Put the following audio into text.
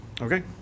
Okay